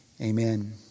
Amen